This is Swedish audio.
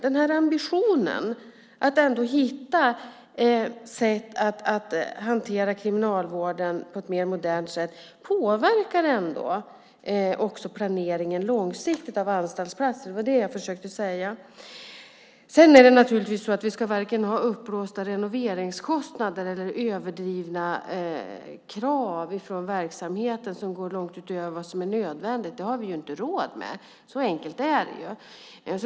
Men ambitionen att hitta sätt att hantera kriminalvården på ett mer modernt sätt påverkar också planeringen av anstaltsplatser långsiktigt. Det var detta jag försökte säga. Sedan ska vi inte ha vare sig uppblåsta renoveringskostnader eller överdrivna krav från verksamheten som går långt utöver vad som är nödvändigt. Det har vi inte råd med. Så enkelt är det.